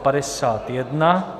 51.